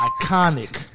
Iconic